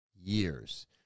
years